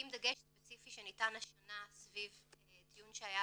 עם דגש ספציפי שניתן השנה סביב דיון שהיה